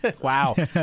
wow